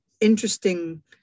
interesting